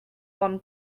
one